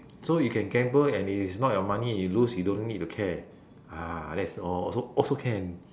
so you can gamble and it is not your money you lose you don't need to care ah that's all also also can